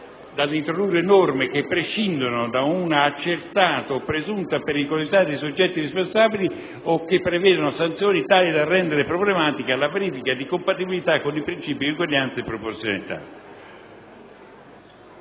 dall'introdurre norme che prescindano «da una accertata o presunta pericolosità dei soggetti responsabili» o che prevedano sanzioni «tali da rendere problematica la verifica di compatibilità con i principi di eguaglianza e proporzionalità».